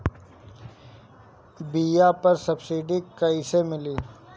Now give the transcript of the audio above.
बीया पर सब्सिडी कैसे मिली?